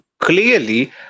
Clearly